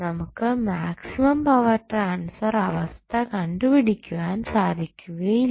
നമുക്ക് maximum power transfer അവസ്ഥ കണ്ടുപിടിക്കുവാൻ സാധിക്കുകയില്ല